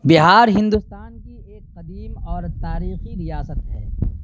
بہار ہندوستان کی ایک قدیم اور تاریخی ریاست ہے